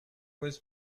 was